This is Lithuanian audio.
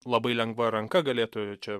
labai lengva ranka galėtų čia